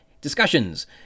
discussions